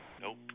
Nope